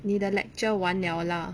你的 lecture 完了 lah